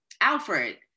Alfred